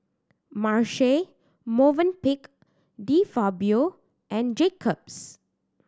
Marche Movenpick De Fabio and Jacob's